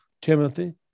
Timothy